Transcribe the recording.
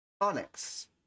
Onyx